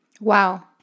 Wow